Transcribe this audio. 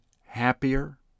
happier